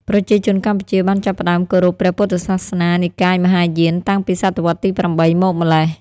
ប្រជាជនកម្ពុជាបានចាប់ផ្តើមគោរពព្រះពុទ្ធសាសនានិកាយមហាយានតាំងពី សតវត្សរ៍ទី ៨ មកម្ល៉េះ។